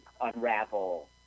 unravel